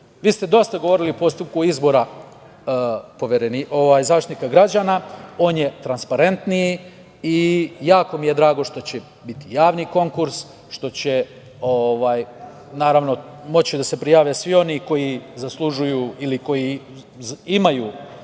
ste dosta govorili o postupku izbora Zaštitnika građana. On je transparentniji i jako mi je drago što će biti javni konkurs, što će moći da se prijave svi oni koji zaslužuju ili koji imaju